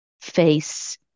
face